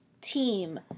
team